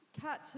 catch